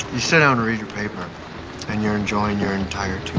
you sit down, read your paper and you're enjoying your entire two